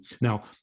Now